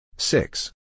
Six